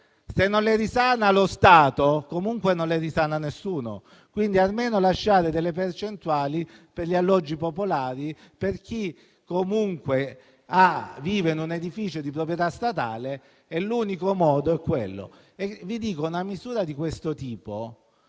se non le risana lo Stato, non le risana nessuno. Si devono lasciare almeno delle percentuali per gli alloggi popolari, per chi comunque vive in un edificio di proprietà statale, e l'unico modo è quello.